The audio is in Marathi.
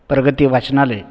प्रगती वाचनालय